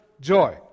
joy